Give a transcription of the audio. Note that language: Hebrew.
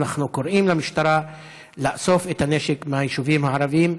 אנחנו קוראים למשטרה לאסוף את הנשק מהיישובים הערביים.